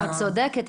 את צודקת,